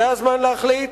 זה הזמן להחליט.